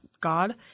God